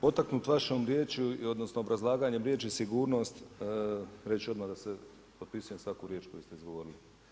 Potaknut vašom riječju i odnosno obrazlaganjem riječi sigurnost, reći ću odmah da potpisujem svaku riječ koju ste izgovorili.